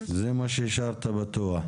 זה מה שהשארת פתוח.